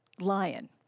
lion